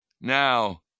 Now